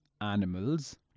animals